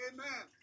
Amen